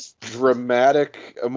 dramatic